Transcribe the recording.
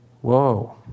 Whoa